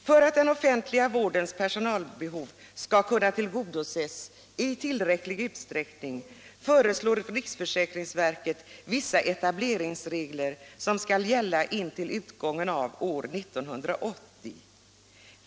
För att den offentliga vårdens personalbehov skall kunna tillgodoses i tillräcklig utsträckning föreslår riksförsäkringsverket vissa etableringsregler som skall gälla intill utgången av år 1980.